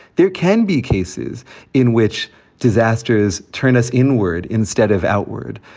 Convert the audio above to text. there can be cases in which disasters turn us inward instead of outward.